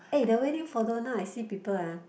eh the wedding photo now I see people ah